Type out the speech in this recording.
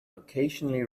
occasionally